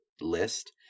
list